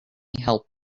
help